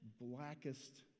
blackest